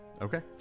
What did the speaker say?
Okay